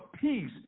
peace